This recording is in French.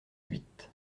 huit